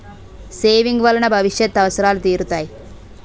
saving వలన భవిష్యత్ అవసరాలు తీరుతాయి